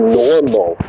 normal